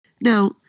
Now